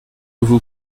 vous